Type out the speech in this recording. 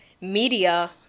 media